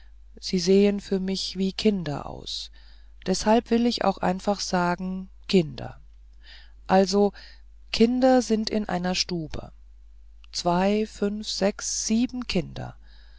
sie sehen für mich wie kinder aus deshalb will ich auch einfach sagen kinder also kinder sind in einer stube zwei fünf sechs sieben kinder